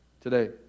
today